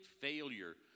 failure